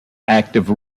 active